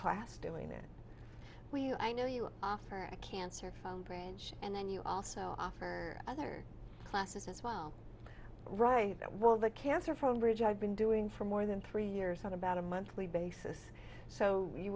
class doing that i know you offer a cancer phone branch and then you also offer other classes as well right well the cancer from bridge i've been doing for more than three years on about a monthly basis so you